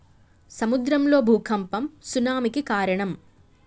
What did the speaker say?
సముద్రం లో భూఖంపం సునామి కి కారణం